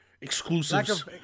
exclusives